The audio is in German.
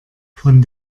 von